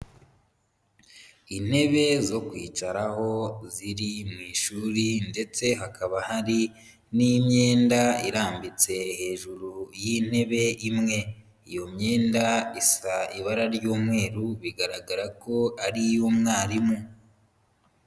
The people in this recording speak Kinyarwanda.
Intebe zo kwicaraho ziri mu ishuri ndetse hakaba hari n'imyenda irambitse hejuru y'intebe imwe. Iyo myenda isa ibara ry'umweru bigaragara ko ari iy'umwarimu.